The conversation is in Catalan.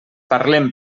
parlem